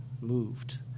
moved